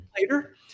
later